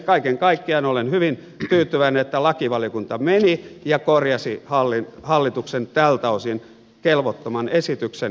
kaiken kaikkiaan olen hyvin tyytyväinen että lakivaliokunta meni ja korjasi hallituksen tältä osin kelvottoman esityksen